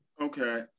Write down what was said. Okay